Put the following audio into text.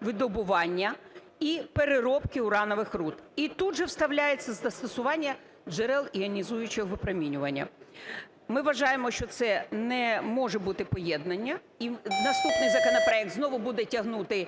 видобування і переробки уранових руд, і тут же вставляється "застосування джерел іонізуючого випромінювання". Ми вважаємо, що це не може бути поєднане. І наступний законопроект знову буде тягнути